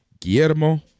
Guillermo